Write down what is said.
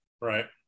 Right